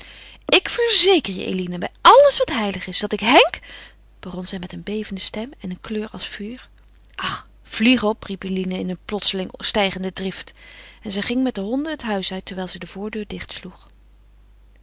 ik verzeker je eline bij alles wat heilig is dat ik henk begon zij met een bevende stem en een kleur als vuur ach vlieg op riep eline in een plotseling stijgende drift en zij ging met de honden het huis uit terwijl zij de voordeur